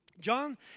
John